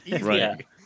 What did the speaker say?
Right